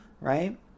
Right